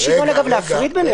יש היגיון להפריד בין